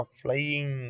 flying